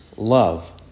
Love